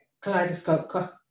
Kaleidoscope